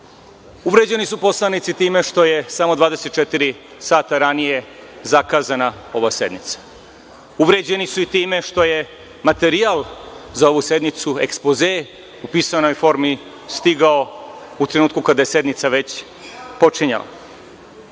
zemlji. Uvređeni su poslanici time što je samo 24 sata ranije zakazana ova sednica. Uvređeni su i time što je materijal za ovu sednicu, ekspoze u pisanoj formi stigao u trenutku kada je sednica već počinjala.